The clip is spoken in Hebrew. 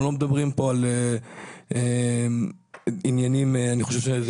אני חושב שאנחנו מדברים על עניינים שקשורים